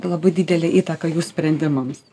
labai didelę įtaką jų sprendimams